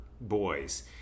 boys